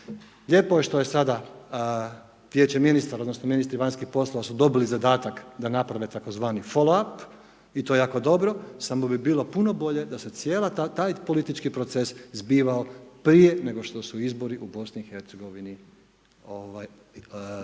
Lijepo je što je sada Vijeće ministara, odnosno ministri vanjskih poslova su dobili zadatak da naprave tzv. full ap i to je jako dobro samo bi bilo puno bolje da se cijeli taj politički proces zbivao prije nego što su izbori u BiH